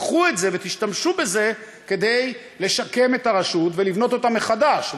קחו את זה ותשתמשו בזה כדי לשקם את הרשות ולבנות אותה מחדש,